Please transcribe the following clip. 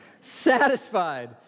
Satisfied